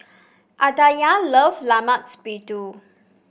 Aditya loves Lemak Siput